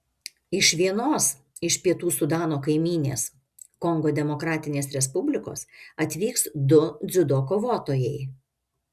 iš vienos iš pietų sudano kaimynės kongo demokratinės respublikos atvyks du dziudo kovotojai